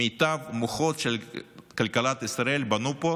מיטב המוחות של כלכלת ישראל בנו פה